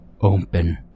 open